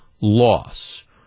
loss